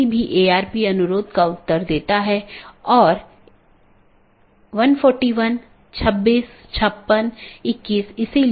एक और बात यह है कि यह एक टाइपो है मतलब यहाँ यह अधिसूचना होनी चाहिए